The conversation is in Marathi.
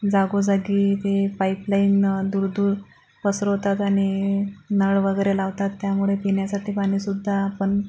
जागोजागी ते पाईप लाईन दूर दूर पसरवतात आणि नळ वगैरे लावतात त्यामुळे पिण्यासाठी पाणीसुद्धा आपण